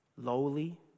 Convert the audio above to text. lowly